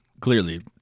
clearly